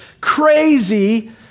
crazy